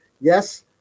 Yes